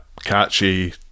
catchy